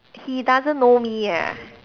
he doesn't know me ah